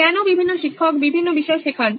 কেন বিভিন্ন শিক্ষক বিভিন্ন বিষয় শেখান